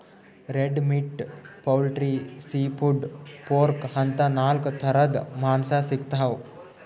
red meat, poultry, seafood, pork ಅಂತಾ ನಾಲ್ಕ್ ಥರದ್ ಮಾಂಸಾ ಸಿಗ್ತವ್